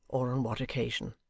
or on what occasion.